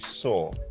saw